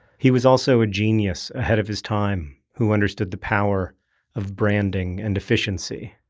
he was also a genius ahead of his time who understood the power of branding and efficiency.